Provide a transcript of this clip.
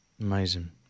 Amazing